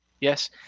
Yes